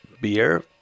beer